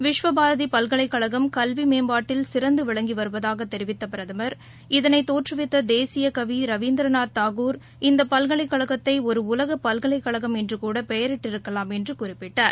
விஸ்வபாரதிபல்கலைக்கழகம் கல்விமேம்பாட்டில் சிறந்துவிளங்கிவருவதாகத் தெிவித்தபிரதமா் இதனைதோற்றுவித்தேசிய கவி ரவீந்திரநாத் தாகூர் இந்தபல்கலைக்கழக்தைஒருஉலகபல்கலைக்கழகம் என்றுகூடபெயரிட்டிருக்கலாம் என்றுகுறிப்பிட்டார்